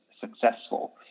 successful